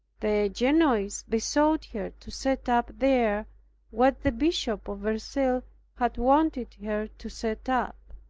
the genoese besought her to set up there what the bishop of verceil had wanted her to set up.